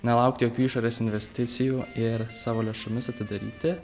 nelaukti jokių išorės investicijų ir savo lėšomis atidaryti